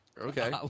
Okay